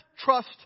trust